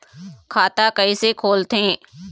खाता कइसे खोलथें?